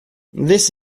this